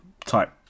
type